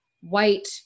white